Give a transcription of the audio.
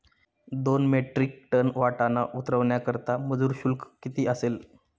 दोन metric tonne वाटाणा उतरवण्याकरता मजूर शुल्क किती असेल?